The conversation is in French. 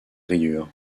rayures